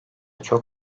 çok